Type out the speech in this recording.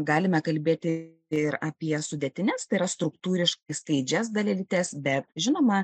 galime kalbėti ir apie sudėtines tai yra struktūriškai skaidžias dalelytes bet žinoma